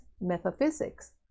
metaphysics